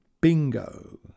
Bingo